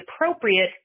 appropriate